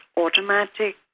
automatic